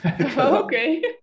Okay